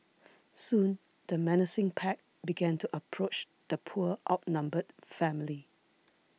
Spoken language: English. soon the menacing pack began to approach the poor outnumbered family